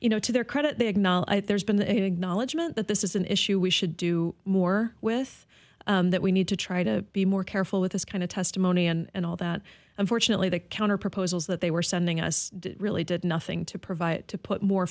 you know to their credit they acknowledge there's been a big knowledge meant that this is an issue we should do more with that we need to try to be more careful with this kind of testimony and all that unfortunately that counterproposals that they were sending us really did nothing to provide to put more